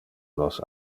nos